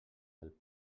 del